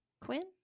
Quinn